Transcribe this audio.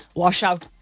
washout